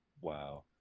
wow